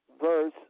verse